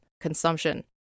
consumption